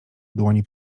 dłoni